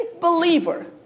believer